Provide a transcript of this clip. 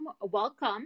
Welcome